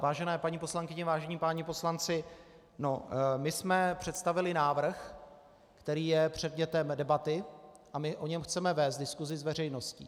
Vážené paní poslankyně, vážení páni poslanci, my jsme představili návrh, který je předmětem debaty, a my o něm chceme vést diskusi s veřejností.